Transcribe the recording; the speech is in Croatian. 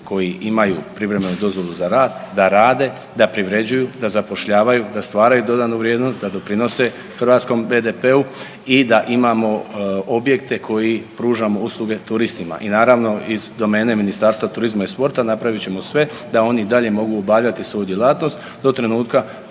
koji imaju privremenu dozvolu za rad da rade, da privređuju, da zapošljavaju, da stvaraju dodanu vrijednost, da doprinose hrvatskom BDP-u i da imamo objekte koji pružamo usluge turistima. I naravno iz domene Ministarstva turizma i sporta napravit ćemo sve da oni i dalje mogu obavljati svoju djelatnost do trenutka